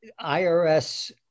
IRS